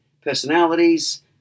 personalities